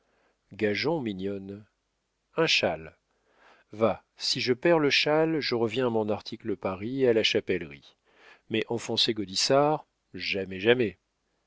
gageons mignonne un châle va si je perds le châle je reviens à mon article paris et à la chapellerie mais enfoncer gaudissart jamais jamais